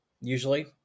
usually